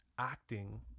Acting